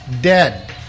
dead